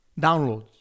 downloads